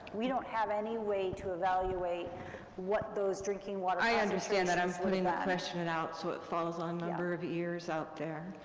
we don't have any way to evaluate what those drinking water i understand that, i'm putting the question and out so it falls on a number of ears out there.